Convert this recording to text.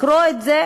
לקרוא את זה.